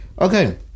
Okay